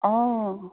অঁ